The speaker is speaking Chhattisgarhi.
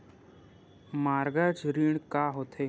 मॉर्गेज ऋण का होथे?